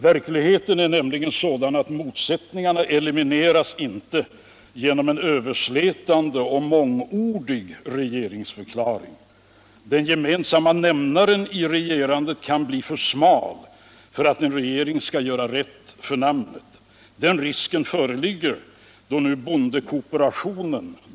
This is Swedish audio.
Verkligheten är nämligen sådan alt motsättningarna inte elimineras genom en överstätande och mångordig regeringsförklaring. Den gemensamma nämnaren i regerandet kan bli för smal för att en regering skall göra rätt för namnet. Den risken föreligger då nu bondekooperationen.